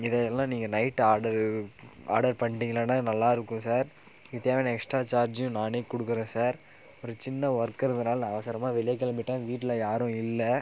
இதை எல்லாம் நீங்கள் நைட்டு ஆர்டர் ஆர்டர் பண்ணிடிங்களானா நல்லா இருக்கும் சார் இதுக்கு தேவையான எக்ஸ்ட்ரா சார்ஜும் நானே கொடுக்குறேன் சார் ஒரு சின்ன ஒர்க் இருந்ததுனால் நான் அவசரமாக வெளியே கிளம்பிட்டேன் வீட்டில் யாரும் இல்லை